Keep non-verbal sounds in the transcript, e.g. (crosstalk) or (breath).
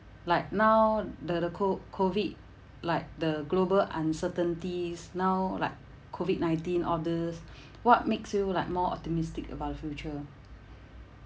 like now the the co~ COVID like the global uncertainties now like COVID nineteen all these (breath) what makes you like more optimistic about the future